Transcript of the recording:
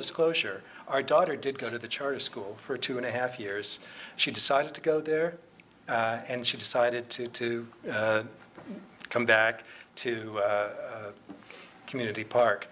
disclosure our daughter did go to the charter school for two and a half years she decided to go there and she decided to to come back to community park